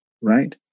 right